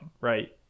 right